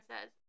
says